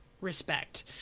respect